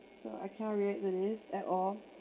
so I cannot relate to the list at all